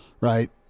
right